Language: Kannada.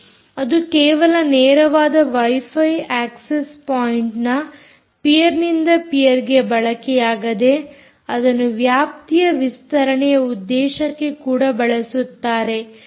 ಅದು ಕೇವಲ ನೇರವಾದ ವೈಫೈ ಅಕ್ಕ್ಸೆಸ್ ಪಾಯಿಂಟ್ನ ಪೀರ್ ನಿಂದ ಪೀರ್ಗೆ ಬಳಕೆಯಾಗದೆ ಅದನ್ನು ವ್ಯಾಪ್ತಿಯ ವಿಸ್ತರಣೆಯ ಉದ್ದೇಶಕ್ಕೆ ಕೂಡ ಬಳಸುತ್ತಾರೆ